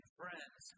friends